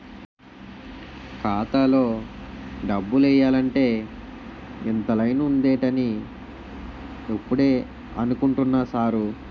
ఖాతాలో డబ్బులు ఎయ్యాలంటే ఇంత లైను ఉందేటి అని ఇప్పుడే అనుకుంటున్నా సారు